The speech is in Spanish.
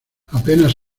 apenas